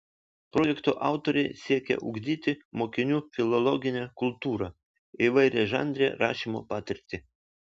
projekto autoriai siekia ugdyti mokinių filologinę kultūrą įvairiažanrę rašymo patirtį